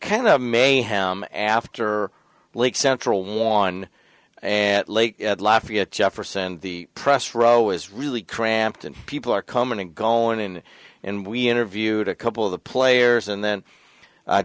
kind of mayhem after league central won and late at lafayette jefferson the press row was really cramped and people are coming and going in and we interviewed a couple of the players and then